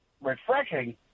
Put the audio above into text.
refreshing